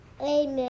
Amen